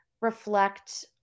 reflect